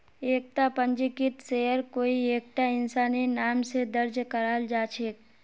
एकता पंजीकृत शेयर कोई एकता इंसानेर नाम स दर्ज कराल जा छेक